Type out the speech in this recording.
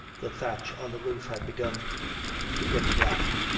the thatch on the roof had begun to get black,